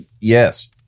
Yes